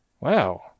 Wow